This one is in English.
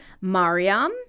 Mariam